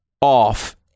off